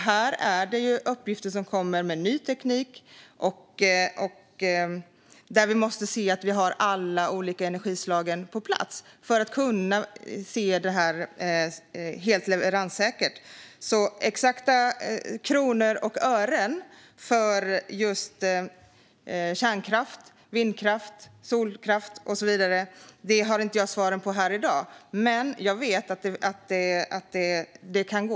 Här kommer uppgifter med ny teknik där vi måste se till att vi har alla olika energislag på plats för att kunna göra detta helt leverenssäkert. När det gäller exakta kronor och ören för just kärnkraft, vindkraft, solkraft och så vidare har inte jag svaren här i dag. Men jag vet att det kan gå.